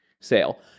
sale